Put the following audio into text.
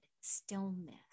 stillness